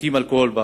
שותים אלכוהול.